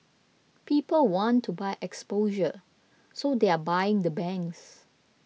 people want to buy exposure so they're buying the banks